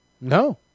No